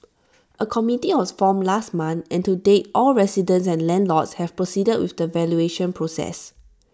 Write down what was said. A committee was formed last month and to date all residents and landlords have proceeded with the valuation process